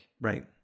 Right